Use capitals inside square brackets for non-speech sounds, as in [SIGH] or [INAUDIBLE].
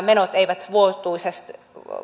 [UNINTELLIGIBLE] menot eivät